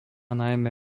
najmä